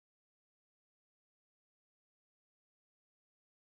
what the fuck the oh sorry I shouldn't have sworn I'm sorry